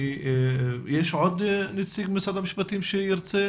יש עוד נציג משרד המשפטים שירצה